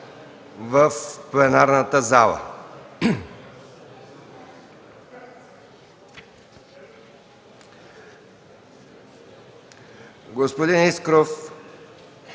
в пленарната зала. Господин Искров,